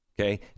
Okay